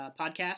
podcast